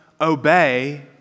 obey